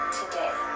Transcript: today